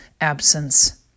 absence